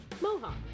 Mohawk